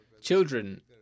children